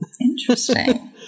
Interesting